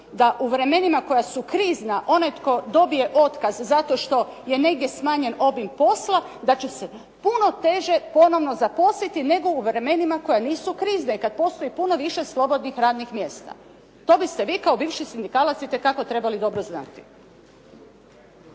da u vremenima koja su krizna, onaj tko dobije otkaz zato što je negdje smanjen obim posla da će se puno teže ponovno zaposliti nego u vremenima koja nisu krizna i kad postoji puno više slobodnih radnih mjesta. To biste vi kao bivši sindikalac itekako trebali dobro znati.